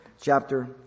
chapter